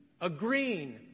agreeing